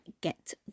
get